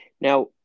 Now